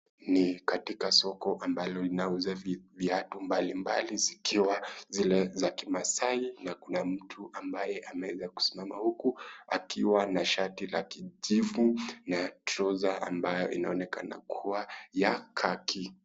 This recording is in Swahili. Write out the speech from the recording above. Ni katika soko ambalo linauza viatu mbali mbali zikiwa zile za kimaasai na kuna mtu ambaye ameweza kusimama huku akiwa na shati la kijivu na trouser ambayo inaonekana kuwa ya khaki .